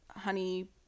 Honey